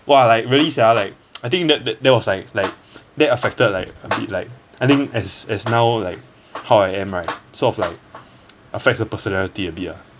!wah! like really sia like I think that that that was like that affected like a bit like I think as as now like how I am right sort of like affect the personality a bit ah